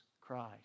Christ